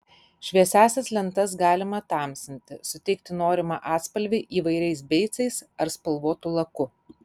šviesiąsias lentas galima tamsinti suteikti norimą atspalvį įvairiais beicais ar spalvotu laku